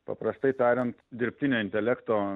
paprastai tariant dirbtinio intelekto